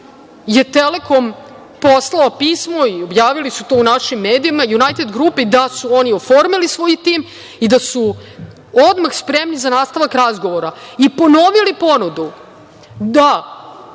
je „Telekom“ poslao pismo, i objavili su to u našim medijima, „Junajted grupi“ da su oni oformili svoj tim i da su odmah spremni za nastavak razgovora i ponovili ponudu da